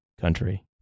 country